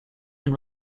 and